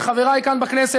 לחבריי כאן בכנסת,